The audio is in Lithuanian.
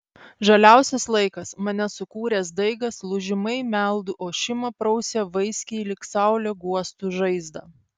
žaliausias laikas mane sukūręs daigas lūžimai meldų ošimą prausia vaiskiai lyg saulė guostų žaizdą